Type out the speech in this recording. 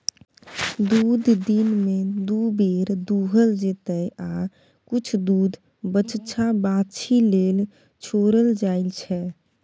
दुध दिनमे दु बेर दुहल जेतै आ किछ दुध बछ्छा बाछी लेल छोरल जाइ छै